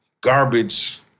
garbage